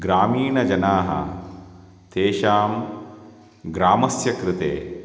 ग्रामीणजनाः तेषां ग्रामस्य कृते